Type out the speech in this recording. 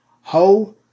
Ho